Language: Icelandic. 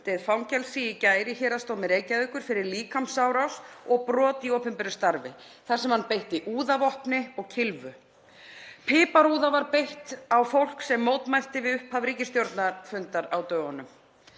fangelsi í gær í Héraðsdómi Reykjavíkur fyrir líkamsárás og brot í opinberu starfi þar sem hann beitti úðavopni og kylfu. Piparúða var beitt á fólk sem mótmælti við upphaf ríkisstjórnarfundar á dögunum.